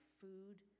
food